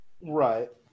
Right